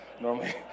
Normally